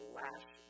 lash